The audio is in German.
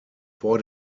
vor